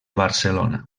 barcelona